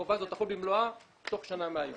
החובה הזאת תחול במלואה בתוך שנה מהיום.